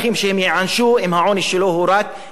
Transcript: אם העונש שלו הוא רק על אישור ספר כזה.